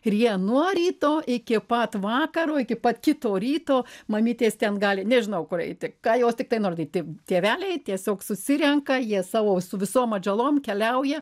ir jie nuo ryto iki pat vakaro iki pat kito ryto mamytės ten gali nežinau kur eiti ką jos tiktai nor tai tėveliai tiesiog susirenka jie savo su visom atžalom keliauja